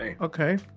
Okay